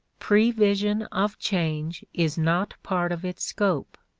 prevision of change is not part of its scope,